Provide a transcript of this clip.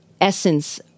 essence